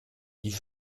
die